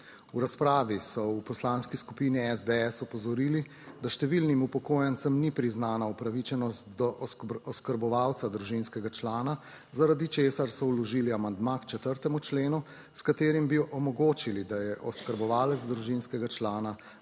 V razpravi so v Poslanski skupini SDS opozorili, da številnim upokojencem ni priznana upravičenost do oskrbovalca družinskega člana, zaradi česar so vložili amandma k 4. členu, s katerim bi omogočili, da je oskrbovalec družinskega člana